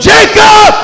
Jacob